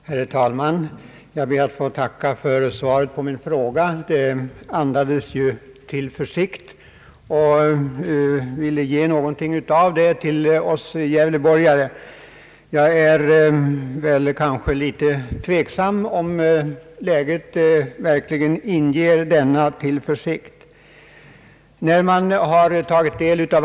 Herr talman! Jag ber att få tacka för svaret på min fråga. Det andades tillförsikt och ville ge någonting av den också till oss gävleborgare. Jag är nog en aning tveksam, om läget verkligen ger anledning till sådan tillförsikt.